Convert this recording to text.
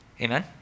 Amen